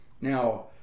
now